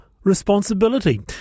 responsibility